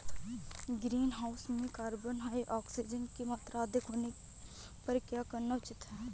Greenhouse में carbon dioxide की मात्रा अधिक होने पर क्या करना उचित रहता है?